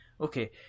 Okay